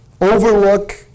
overlook